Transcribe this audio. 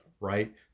Right